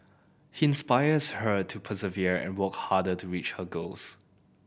he inspires her to persevere and work harder to reach her goals